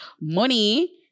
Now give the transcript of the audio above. money